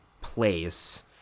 Place